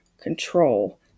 control